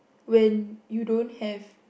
when you don't have